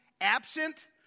absent